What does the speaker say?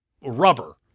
rubber